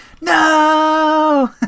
no